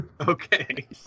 Okay